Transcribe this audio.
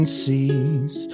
sees